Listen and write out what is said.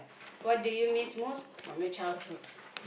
what do you miss most from your childhood